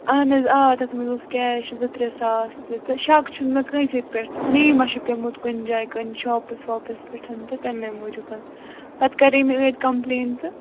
اَہَن حظ آ تَتھ منٛز اوس کیش زٕ ترٛےٚ ساس تہِ تہٕ شک چھُ نہٕ مےٚ کٲنٛسے پٮ۪ٹھ مےٚ ما چھُ پٮ۪ومُت کُنہِ جایہِ کُنہِ شاپَس واپَس پٮ۪ٹھ تہٕ تَمے موٗجوٗب پَتہٕ کَرے مےٚ أدۍ کَمپُلین تہٕ